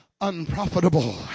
unprofitable